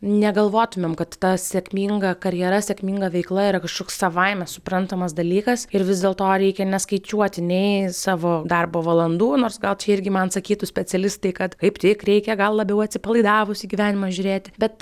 negalvotumėm kad ta sėkminga karjera sėkminga veikla yra kažkoks savaime suprantamas dalykas ir vis dėl to reikia neskaičiuoti nei savo darbo valandų nors gal čia irgi man sakytų specialistai kad kaip tik reikia gal labiau atsipalaidavus į gyvenimą žiūrėti bet